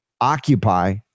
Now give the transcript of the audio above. occupy